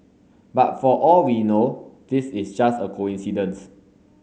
but for all we know this is just a coincidence